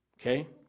Okay